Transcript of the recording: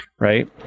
right